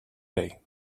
day